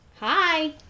Hi